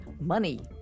money